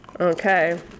okay